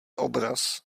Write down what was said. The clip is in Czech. obraz